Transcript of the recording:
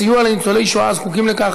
סיוע לניצולי שואה הזקוקים לכך),